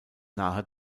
nahe